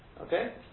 Okay